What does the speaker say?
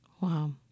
Wow